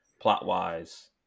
plot-wise